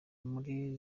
muri